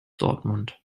dortmund